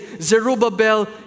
Zerubbabel